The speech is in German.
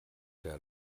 der